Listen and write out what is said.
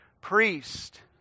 priest